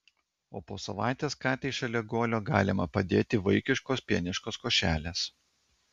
o po savaitės katei šalia guolio galima padėti vaikiškos pieniškos košelės